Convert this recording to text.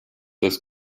das